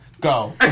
Go